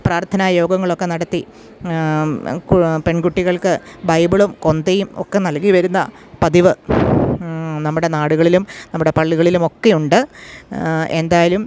പ്രാർഥനാ യോഗങ്ങളൊക്കെ നടത്തി പെൺകുട്ടികൾക്ക് ബൈബിളും കൊന്തയും ഒക്കെ നൽകി വരുന്ന പതിവ് നമ്മുടെ നാടുകളിലും നമ്മുടെ പള്ളികളിലുമൊക്കെയുണ്ട് എന്തായാലും